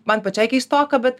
man pačiai keistoka bet